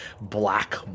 black